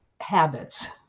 habits